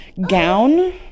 gown